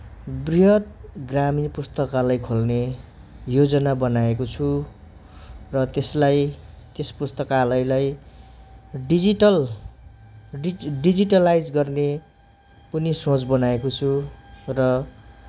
वृहत् ग्रामीण पुस्तकालय खोल्ने योजना बनाएको छु र त्यसलाई त्यस पुस्तकालयलाई डिजिटल डिजिटलाइज गर्ने पनि सोच बनाएको छु र